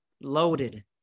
loaded